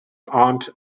aunt